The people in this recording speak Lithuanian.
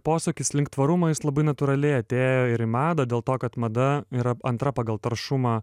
posūkis link tvarumo jis labai natūraliai atėjo ir į madą dėl to kad mada yra antra pagal taršumą